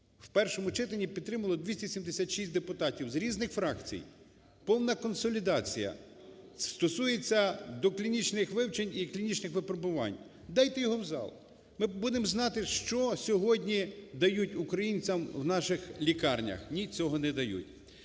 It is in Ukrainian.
в першому читанні підтримало 276 депутатів з різних фракцій. Повна консолідація стосується до клінічних вивчень і клінічних випробувань. Дайте його в зал. Ми будемо знати, що сьогодні дають українцям в наших лікарнях. Ні, цього не дають.